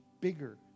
bigger